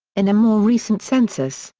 in a more recent census,